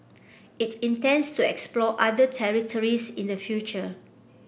it intends to explore other territories in the future